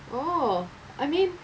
oh I mean